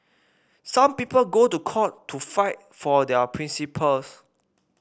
some people go to court to fight for their principles